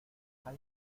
hay